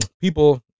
people